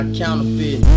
counterfeit